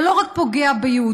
זה לא רק פוגע ביהודים,